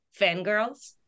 fangirls